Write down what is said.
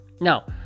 Now